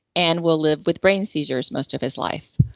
and will live with brain seizures most of his life.